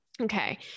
Okay